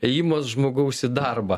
ėjimas žmogaus į darbą